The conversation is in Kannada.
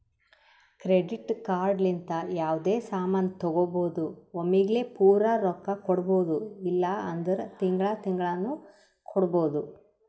ಕ್ರೆಡಿಟ್ ಕಾರ್ಡ್ ಲಿಂತ ಯಾವ್ದೇ ಸಾಮಾನ್ ತಗೋಬೋದು ಒಮ್ಲಿಗೆ ಪೂರಾ ರೊಕ್ಕಾ ಕೊಡ್ಬೋದು ಇಲ್ಲ ಅಂದುರ್ ತಿಂಗಳಾ ತಿಂಗಳಾನು ಕೊಡ್ಬೋದು